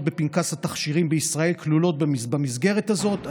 בפנקס התכשירים בישראל כלולות במסגרת הזאת.